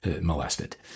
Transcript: molested